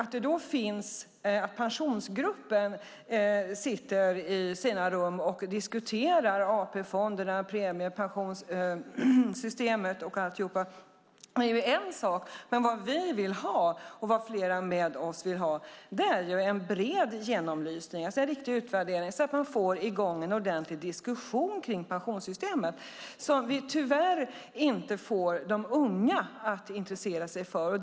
Att då Pensionsgruppen sitter i sina rum och diskuterar AP-fonderna, premiepensionssystemet och alltihop är en sak. Men vad vi vill ha, och vad flera med oss vill ha, är en bred genomlysning, en riktig utvärdering, så att man får i gång en ordentlig diskussion kring pensionssystemet, som vi tyvärr inte får de unga att intressera sig för.